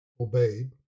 obeyed